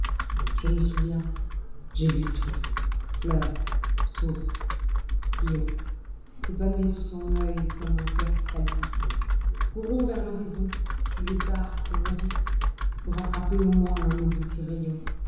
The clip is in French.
je me souviens j'ai vu tout fleur source sillonse pâmer sous son œil comme un coeur qui palpite courons vers l'horizon il est tard courons vite pour attraper au moins un oblique rayon